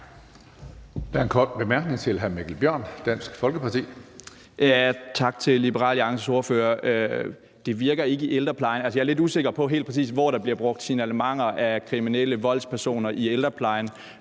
jeg er lidt usikker på, hvor der helt præcis bliver brugt signalementer af kriminelle voldspersoner i ældreplejen,